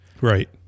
right